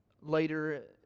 later